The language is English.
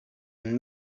and